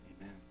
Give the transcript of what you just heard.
Amen